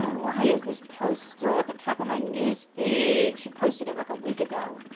why is this post still at the top of my news feed? she posted it like a week ago.